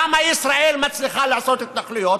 למה ישראל מצליחה לעשות התנחלויות?